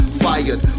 fired